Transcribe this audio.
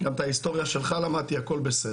למדתי גם את ההיסטוריה שלך, הכול בסדר.